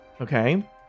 Okay